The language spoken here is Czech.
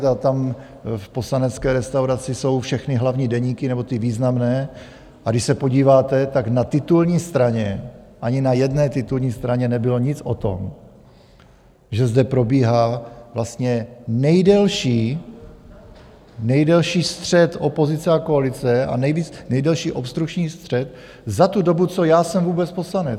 A tam v poslanecké restauraci jsou všechny hlavní deníky, nebo ty významné, a když se podíváte, tak na titulní straně, ani na jedné titulní straně nebylo nic o tom, že zde probíhá vlastně nejdelší střet opozice a koalice a nejdelší obstrukční střet za tu dobu, co já jsem vůbec poslanec, to je devět let.